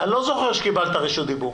אני לא זוכר שקיבלת רשות דיבור.